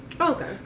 Okay